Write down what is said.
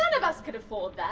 of us could afford that!